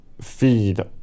feed